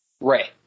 Ray